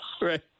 Right